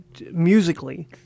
musically